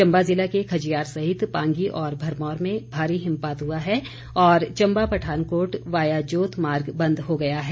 चम्बा जिला के खजियार सहित पांगी और भरमौर में भारी हिमपात हुआ है और चम्बा पठानकोट वाया जोत मार्ग बंद हो गया है